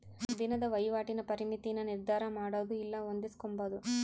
ದಿನದ ವಹಿವಾಟಿನ ಪರಿಮಿತಿನ ನಿರ್ಧರಮಾಡೊದು ಇಲ್ಲ ಹೊಂದಿಸ್ಕೊಂಬದು